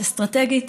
אסטרטגית,